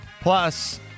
plus